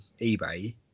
eBay